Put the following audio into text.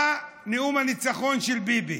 בא נאום הניצחון של ביבי: